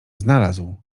znalazł